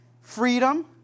Freedom